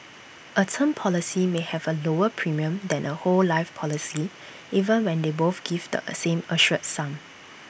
A term policy may have A lower premium than A whole life policy even when they both give the same assured sum